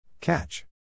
Catch